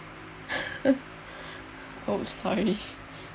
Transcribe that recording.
oh sorry